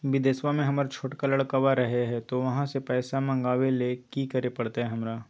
बिदेशवा में हमर छोटका लडकवा रहे हय तो वहाँ से पैसा मगाबे ले कि करे परते हमरा?